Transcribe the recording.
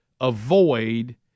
avoid